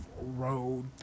road